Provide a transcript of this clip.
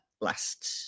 last